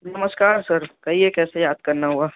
نمشکار sir کہیے کیسے یاد کرنا ہوا